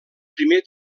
primer